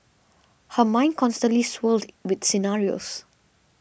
her mind constantly swirled with scenarios